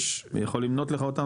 אני יכול למנות לך אותם,